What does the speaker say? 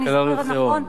אם אני זוכרת נכון,